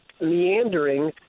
meandering